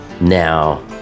now